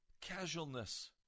casualness